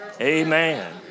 Amen